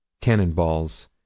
cannonballs